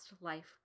life